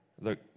Look